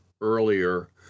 earlier